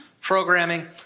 programming